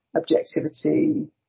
objectivity